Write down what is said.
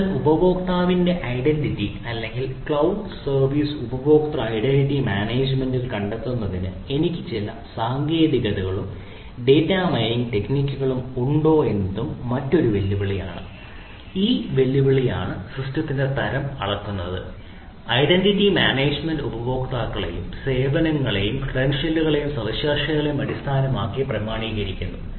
അതിനാൽ ഉപയോക്താവിന്റെ ഐഡന്റിറ്റി അല്ലെങ്കിൽ ക്ലൌഡ് സർവീസ് ഉപഭോക്തൃ ഐഡന്റിറ്റി മാനേജുമെന്റ് കണ്ടെത്തുന്നതിന് എനിക്ക് ചില പഠന സാങ്കേതികതകളും ഡാറ്റ മൈനിംഗ് ടെക്നിക്കുകളും സവിശേഷതകളും അടിസ്ഥാനമാക്കി പ്രാമാണീകരിക്കുന്നു